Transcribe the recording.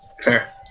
Fair